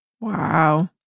Wow